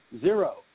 Zero